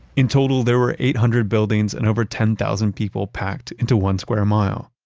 in total there were eight hundred buildings and over ten thousand people packed into one square mile.